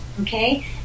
Okay